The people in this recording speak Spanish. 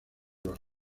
los